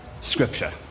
scripture